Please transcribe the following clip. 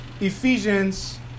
Ephesians